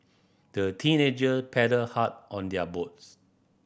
the teenager paddled hard on their boats